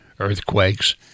earthquakes